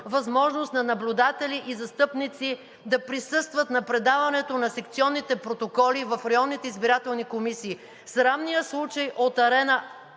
възможност на наблюдатели и застъпници да присъстват на предаването на секционните протоколи в районните избирателни комисии. Срамният случай от „Арена